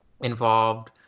involved